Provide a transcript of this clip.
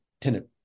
tenant